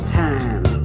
time